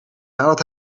nadat